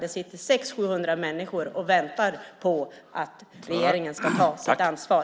Det sitter 600-700 människor och väntar på att regeringen ska ta sitt ansvar.